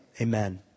amen